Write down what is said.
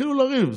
יתחילו לריב.